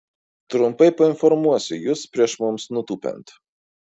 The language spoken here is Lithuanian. trumpai painformuosiu jus prieš mums nutūpiant